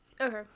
Okay